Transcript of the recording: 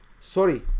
Sorry